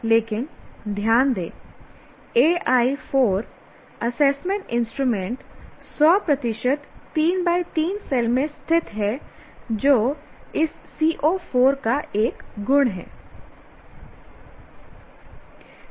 लेकिन ध्यान दें कि AI 4 असेसमेंट इंस्ट्रूमेंट 100 प्रतिशत 33 सेल में स्थित है जो इस CO 4 का एक गुण है